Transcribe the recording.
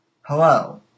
Hello